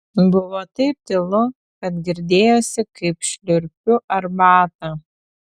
buvo taip tylu kad girdėjosi kaip šliurpiu arbatą